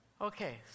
Okay